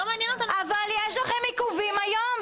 אבל יש לכם עיכובים היום,